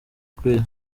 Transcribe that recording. kweli